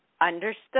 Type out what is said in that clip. understood